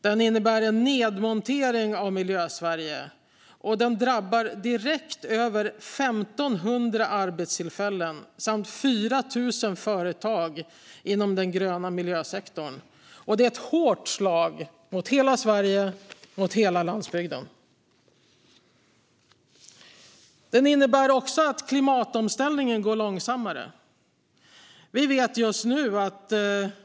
Den innebär en nedmontering av Miljösverige, och den drabbar direkt över 1 500 arbetstillfällen samt 4 000 företag inom den gröna miljösektorn. Det är ett hårt slag mot hela Sverige och mot hela landsbygden. Den innebär också att klimatomställningen går långsammare.